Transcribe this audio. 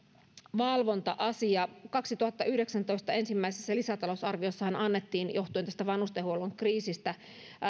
valvonta asia vuoden kaksituhattayhdeksäntoista ensimmäisessä lisätalousarviossahan annettiin johtuen vanhustenhuollon kriisistä